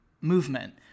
movement